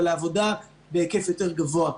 אבל לעבודה בהיקף יותר גבוה.